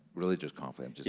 really just conflict yeah, yeah,